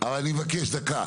אבל אני מבקש דקה,